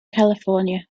california